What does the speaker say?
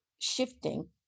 shifting